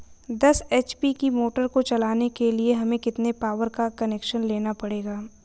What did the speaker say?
दस एच.पी की मोटर को चलाने के लिए हमें कितने पावर का कनेक्शन लेना पड़ेगा?